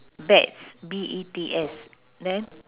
bets B E T S neh